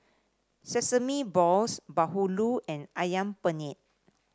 Sesame Balls bahulu and ayam penyet